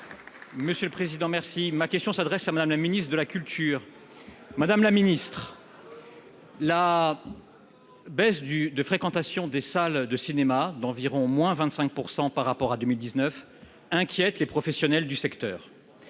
Monsieur le président merci, ma question s'adresse à Madame la ministre de la culture, Madame la Ministre, la baisse du de fréquentation des salles de cinéma d'environ moins 25 % par rapport à 2019 inquiète les professionnels du secteur,